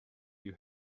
you